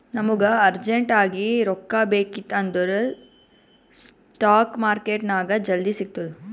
ನಮುಗ ಅರ್ಜೆಂಟ್ ಆಗಿ ರೊಕ್ಕಾ ಬೇಕಿತ್ತು ಅಂದುರ್ ಸ್ಪಾಟ್ ಮಾರ್ಕೆಟ್ನಾಗ್ ಜಲ್ದಿ ಸಿಕ್ತುದ್